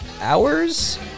hours